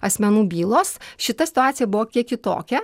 asmenų bylos šita situacija buvo kiek kitokia